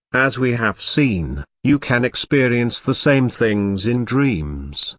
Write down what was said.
as we have seen, you can experience the same things in dreams,